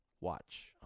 watch